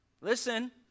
listen